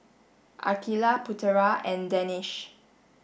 Aqilah Putera and Danish